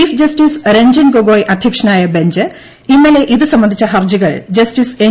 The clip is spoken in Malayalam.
ചീഫ് ജസ്റ്റിസ് രഞ്ജൻ ക്രിറ്റ്ഗ്ഗോയി അധൃക്ഷനായ ബഞ്ച് ഇന്നലെ ഇതു സംബന്ധിച്ച ഹർജികൾ ജസ്റ്റിസ് എൻ